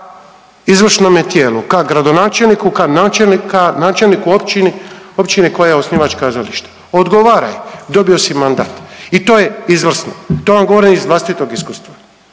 ka izvršnome tijelu, ka gradonačelniku, ka načelniku u općini koja je osnivač kazališta. Odgovaraj, dobio si mandat. I to je izvrsno. To vam govorim iz vlastitog iskustva